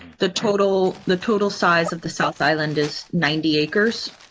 the total the total size of the south island is ninety acres.